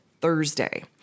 Thursday